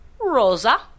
Rosa